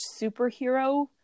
superhero